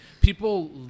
People